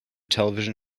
television